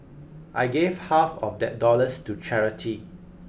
I gave half of that dollars to charity